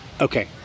Okay